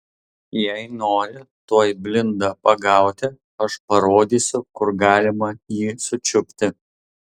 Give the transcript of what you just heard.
jei nori tuoj blindą pagauti aš parodysiu kur galima jį sučiupti